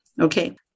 okay